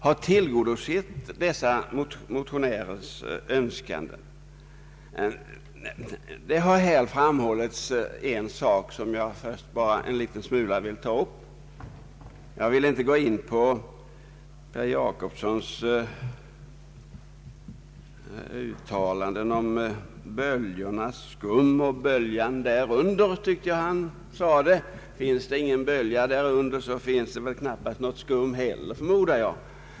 Här har framhållits en sak som jag vill ta upp. Jag vill inte gå in på herr Per Jacobssons uttalande om böljans skum och böljan där under — jag tyckte att han sade så. Finns det ingen bölja där under finns knappast något skum heller, förmodar jag.